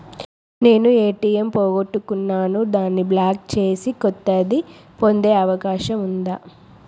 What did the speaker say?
నేను ఏ.టి.ఎం పోగొట్టుకున్నాను దాన్ని బ్లాక్ చేసి కొత్తది పొందే అవకాశం ఉందా?